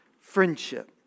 friendship